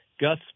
Gus